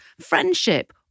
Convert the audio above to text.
friendship